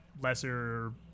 lesser